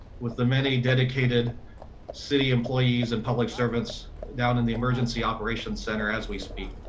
with the many dedicated city employees and public servants down in the emergency operations center, as we speak.